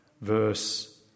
verse